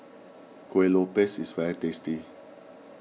Kuih Lopes is very tasty